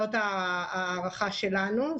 זו ההערכה שלנו,